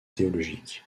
théologiques